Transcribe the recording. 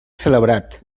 celebrat